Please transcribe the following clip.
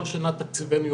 כל שנה תקציבנו יורד.